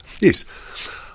Yes